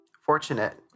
Fortunate